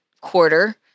quarter